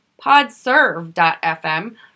podserve.fm